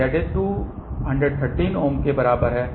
तो Za 213 ohm के बराबर है